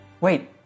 Wait